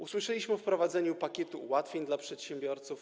Usłyszeliśmy o wprowadzeniu pakietu ułatwień dla przedsiębiorców.